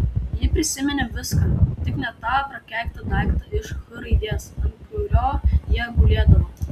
ji prisiminė viską tik ne tą prakeiktą daiktą iš h raidės ant kurio jie gulėdavo